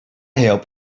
help